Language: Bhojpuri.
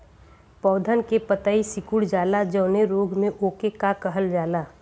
पौधन के पतयी सीकुड़ जाला जवने रोग में वोके का कहल जाला?